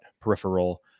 peripheral